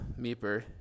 Meeper